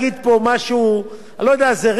זה רגע חגיגי אולי לגמלאים,